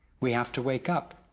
we have to wake up,